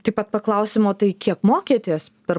taip pat paklausėm o tai kiek mokėtės per